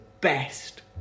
best